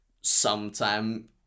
sometime